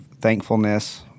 Thankfulness